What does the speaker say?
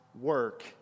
work